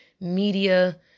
media